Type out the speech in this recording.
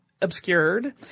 obscured